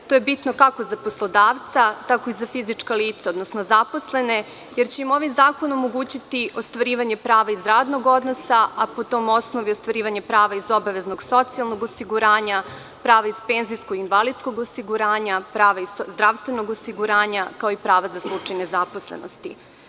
To je bitno, kako za poslodavca, tako i za fizička lica, odnosno zaposlene, jer će im ovaj zakon omogućiti ostvarivanje prava iz radnog odnosa, a po tom osnovu i ostvarivanje prava iz obaveznog socijalnog osiguranja, prava iz penzijsko-invalidskog osiguranja, prava iz zdravstvenog osiguranja, kao i prava za slučaj nezaposlenosti.